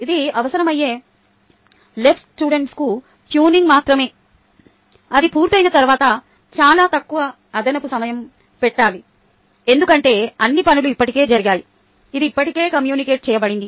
ఇది అవసరమయ్యే LSకు ట్యూనింగ్ మాత్రమే అది పూర్తయిన తర్వాత చాలా తక్కువ అదనపు సమయం పెట్టాలి ఎందుకంటే అన్ని పనులు ఇప్పటికే జరిగాయి ఇది ఇప్పటికే కమ్యూనికేట్ చేయబడింది